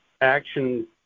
action